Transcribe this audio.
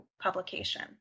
publication